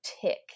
tick